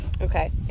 okay